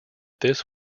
this